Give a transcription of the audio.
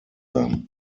them